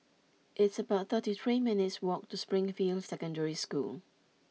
it's about thirty three minutes' walk to Springfield Secondary School